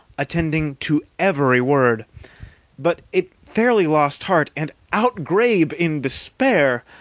attending to every word but it fairly lost heart, and outgrabe in despair,